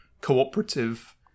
cooperative